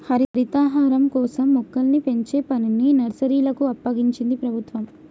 హరితహారం కోసం మొక్కల్ని పెంచే పనిని నర్సరీలకు అప్పగించింది ప్రభుత్వం